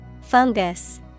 Fungus